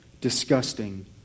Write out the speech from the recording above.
disgusting